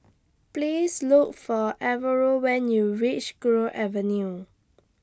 Please Look For Alvaro when YOU REACH Gul Avenue